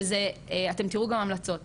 ואתם תראו גם המלצות,